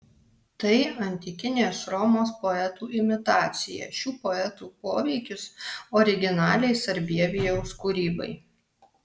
tai antikinės romos poetų imitacija šių poetų poveikis originaliai sarbievijaus kūrybai